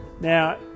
Now